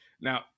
Now